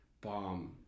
bomb